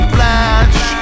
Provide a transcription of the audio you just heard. Flash